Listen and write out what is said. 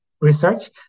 research